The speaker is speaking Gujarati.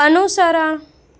અનુસરણ